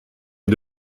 een